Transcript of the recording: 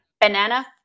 banana